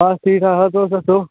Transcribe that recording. बस ठीक ठाक तुस दस्सो